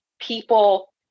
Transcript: people